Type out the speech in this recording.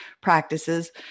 practices